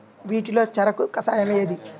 వీటిలో చెరకు కషాయం ఏది?